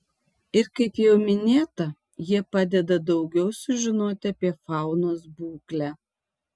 ir kaip jau minėta jie padeda daugiau sužinoti apie faunos būklę